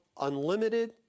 unlimited